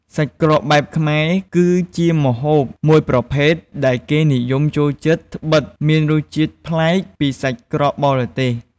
សាច់ក្រកបែបខ្មែរ គឺជាម្ហូបមួយប្រភេទដែលគេនិយមចូលចិត្ត ត្បិតមានរសជាតិប្លែកពីសាច់ក្រកបរទេស។